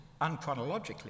unchronologically